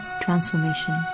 transformation